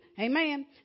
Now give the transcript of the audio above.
Amen